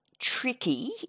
tricky